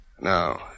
Now